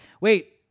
Wait